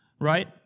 Right